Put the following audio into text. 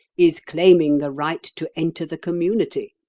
is claiming the right to enter the community,